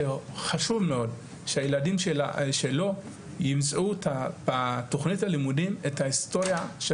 שחשוב מאוד שהילדים שלו ימצאו בתוכנית הלימודים את ההיסטוריה של